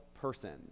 person